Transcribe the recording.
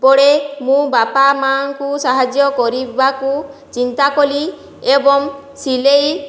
ପଡ଼େ ମୁଁ ବାପା ମା'ଙ୍କୁ ସାହାଯ୍ୟ କରିବାକୁ ଚିନ୍ତା କଲି ଏବଂ ସିଲେଇ